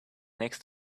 next